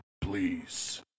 please